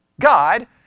God